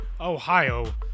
Ohio